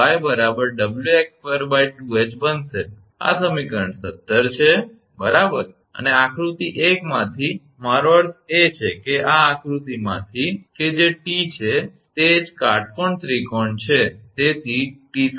આખરે તે 𝑦 𝑊𝑥2 2𝐻 બનશે આ સમીકરણ 17 છે બરાબર અને આકૃતિ એકમાંથી મારો અર્થ એ છે કે આ આકૃતિમાંથી કે જે 𝑇 છે તે જ કાટકોણ ત્રિકોણ છે